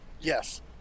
Yes